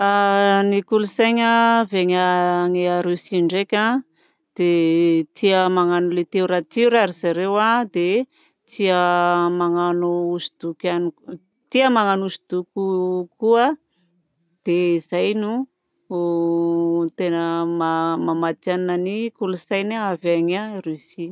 Ny kolontsaina avy any Rosia ndraika dia tia magnano literatiora zareo dia tia magnano hosodoko ihany koa tia magnano hosodoko koa. Dia izay no tena maha-matihanina ihany koa ny kolontsaina avy any Rosia.